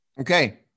Okay